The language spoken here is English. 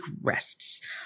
rests